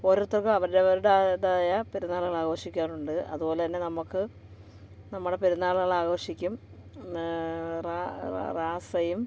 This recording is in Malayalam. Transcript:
ഓരോത്തർക്കും അവരവരുടെ ആയ തായ പെരുന്നാളുകൾ ആഘോഷിക്കാറുണ്ട് അതുപോലെ തന്നെ നമുക്ക് നമ്മുടെ പെരുന്നാളുകൾ ആഘോഷിക്കും റാസയും